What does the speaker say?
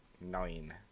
nine